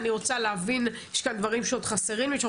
אני רוצה להבין יש כאן דברים שעוד חסרים לי,